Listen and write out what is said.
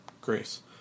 Grace